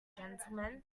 gentlemen